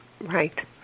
Right